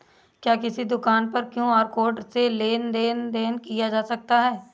क्या किसी दुकान पर क्यू.आर कोड से लेन देन देन किया जा सकता है?